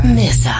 miss